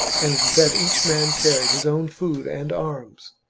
and that each man carried his own food and arms.